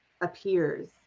appears